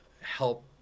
help